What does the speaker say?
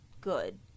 good